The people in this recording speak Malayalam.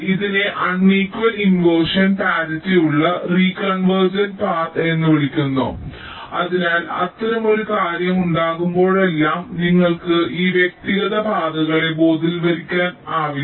ഇതിനെ അണീക്വൽ ഇൻവെർഷൻ പരിറ്റിയുള്ള റീകൺവെർജിന്റ പാത എന്ന് വിളിക്കുന്നു അതിനാൽ അത്തരമൊരു കാര്യം ഉണ്ടാകുമ്പോഴെല്ലാം നിങ്ങൾക്ക് ഈ വ്യക്തിഗത പാതകളെ ബോധവൽക്കരിക്കാനാകില്ല